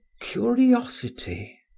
curiosity